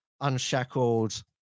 Unshackled